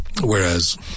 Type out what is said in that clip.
Whereas